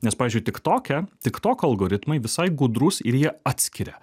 nes pavyzdžiui tiktoke tiktoko algoritmai visai gudrūs ir jie atskiria